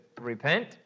repent